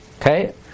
Okay